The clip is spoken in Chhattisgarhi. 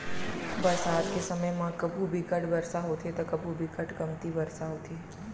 बरसात के समे म कभू बिकट बरसा होथे त कभू बिकट कमती बरसा होथे